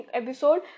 episode